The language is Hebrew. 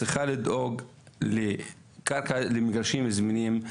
צריכה לדאוג לקרקע למגרשים זמינים,